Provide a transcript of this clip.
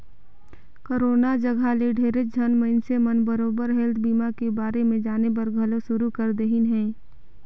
corona जघा ले ढेरेच झन मइनसे मन बरोबर हेल्थ बीमा के बारे मे जानेबर घलो शुरू कर देहिन हें